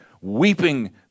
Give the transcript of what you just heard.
weeping